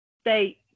state